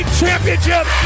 championship